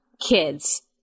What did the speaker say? kids